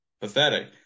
pathetic